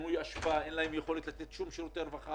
לפינוי אשפה, אין להן יכולת לתת שום שירותי רווחה.